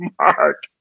mark